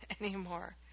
anymore